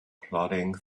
plodding